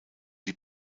die